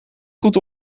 goed